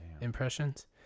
impressions